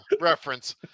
reference